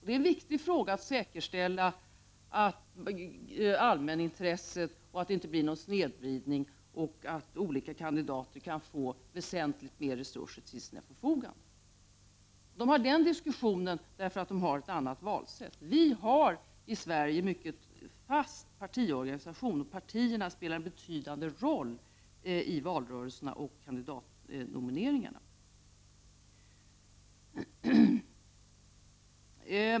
Det är viktigt att säkerställa allmänintresset att se till att det inte blir någon snedvridning och att olika kandidater kan få väsentligt mer resurser till sitt förfogande. Där har man den diskussionen, därför att man har ett annat valsätt. Vi har i Sverige en mycket fast partiorganisation, och partierna spelar en betydande roll i valrörelserna och vid kandidatnomineringarna.